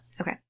Okay